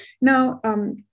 Now